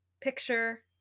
picture